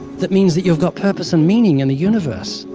that means that you've got purpose and meaning in the universe,